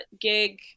gig